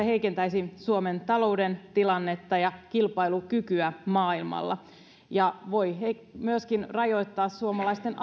heikentäisi suomen talouden tilannetta ja kilpailukykyä maailmalla ja se jos lentäminen tehdään hankalammaksi voi myöskin rajoittaa suomalaisten